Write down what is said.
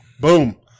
Boom